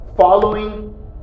following